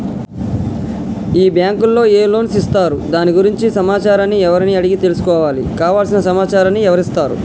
ఈ బ్యాంకులో ఏ లోన్స్ ఇస్తారు దాని గురించి సమాచారాన్ని ఎవరిని అడిగి తెలుసుకోవాలి? కావలసిన సమాచారాన్ని ఎవరిస్తారు?